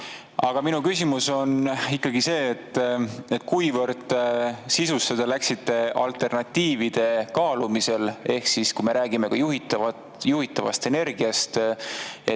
minu küsimus on ikkagi see, et kui [süvitsi] te läksite alternatiivide kaalumisel, kui me räägime juhitavast energiast.